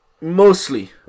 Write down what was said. Mostly